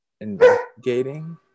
investigating